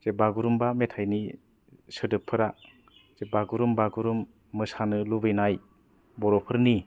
बागुरुमबा मेथाइनि सोदोबफोरा बागुरुम बागुरुम मोसानो लुबैनाय बर' फोरनि